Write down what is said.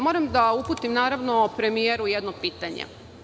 Moram da uputim premijeru jedno pitanje.